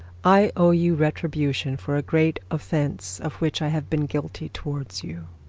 i owe you retribution for a great offence of which i have been guilty towards you